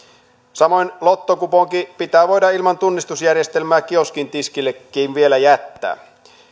samoin lottokuponki pitää vielä voida ilman tunnistusjärjestelmää kioskin tiskille jättää